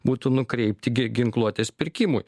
būtų nukreipti ginkluotės pirkimui